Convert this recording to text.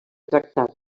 tractat